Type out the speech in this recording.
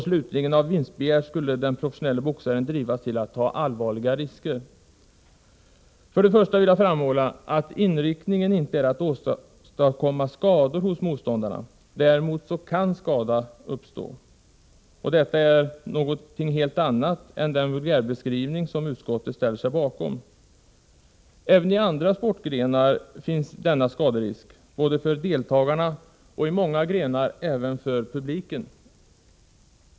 Slutligen skulle den professionelle boxaren av vinstbegär drivas till att ta allvarliga risker. För det första vill jag framhålla att inriktningen inte är att åstadkomma skador hos motståndarna. Däremot kan skador uppstå. Detta är något helt annat än den vulgärbeskrivning som utskottet ställer sig bakom. Även i andra sportgrenar finns denna skaderisk både för deltagare och i många grenar även för publiken.